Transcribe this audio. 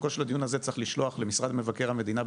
צריך לשלוח למשרד מבקר המדינה,